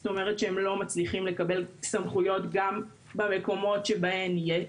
זאת אומרת שהם לא מצליחים לקבל סמכויות גם במקומות שבהם